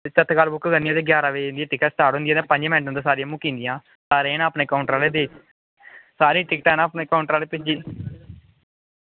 ते तत्काल बुक करनी होऐ ते ग्यारह् बजे इंदियां टिकट स्टार्ट होदियां न पंजें मैंट्टें अंदर अंदर सारियां मुक्की जंदियां सारे एह् ना अपने काउंटर आह्ले सारे टिंकटां एह् ना अपने काउंटर आह्ले अपनियां भेजी ओड़दे